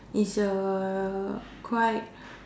is a quite